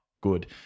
good